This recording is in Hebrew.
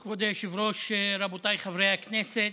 רבותיי חברי הכנסת,